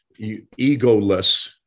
egoless